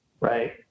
right